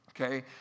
okay